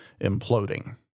imploding